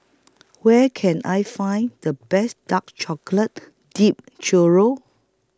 Where Can I Find The Best Dark Chocolate Dipped Churro